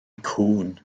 cŵn